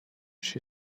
she